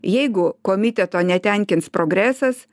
jeigu komiteto netenkins progresas